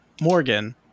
Morgan